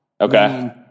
Okay